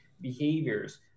behaviors